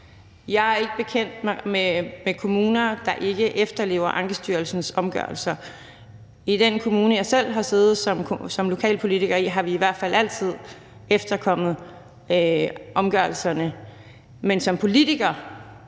Jeg er ikke bekendt med kommuner, der ikke efterlever Ankestyrelsens omgørelser. I den kommune, hvor jeg selv har siddet som lokalpolitiker, har vi i hvert fald altid efterkommet omgørelserne. Men som politiker